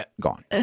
gone